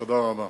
תודה רבה.